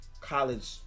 college